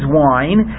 wine